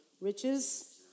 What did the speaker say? Riches